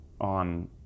on